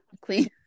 clean